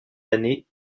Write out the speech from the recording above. années